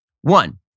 One